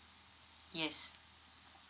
yes